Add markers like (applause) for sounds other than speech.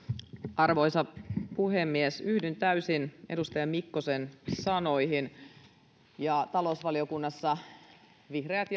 arvoisa puhemies yhdyn täysin edustaja mikkosen sanoihin ja talousvaliokunnassa me vihreät (unintelligible)